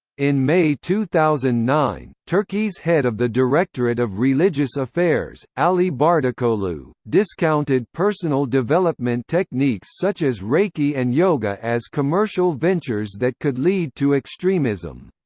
in may two thousand and nine, turkey's head of the directorate of religious affairs, ali bardakoglu, discounted personal development techniques such as reiki and yoga as commercial ventures that could lead to extremism.